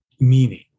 meaning